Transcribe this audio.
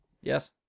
Yes